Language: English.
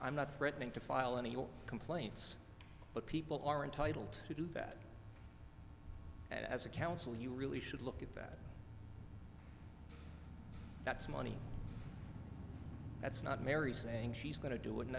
i'm not threatening to file any complaints but people are entitled to do that as a council you really should look at that that's money that's not mary saying she's going to do it